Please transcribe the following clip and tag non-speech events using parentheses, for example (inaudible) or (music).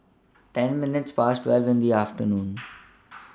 ten minutes Past twelve in The afternoon (noise)